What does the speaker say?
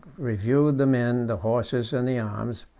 reviewed the men, the horses, and the arms,